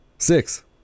Six